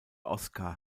oscar